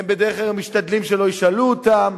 הם בדרך כלל גם משתדלים שלא ישאלו אותם.